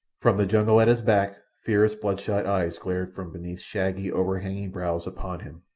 from the jungle at his back fierce bloodshot eyes glared from beneath shaggy overhanging brows upon him.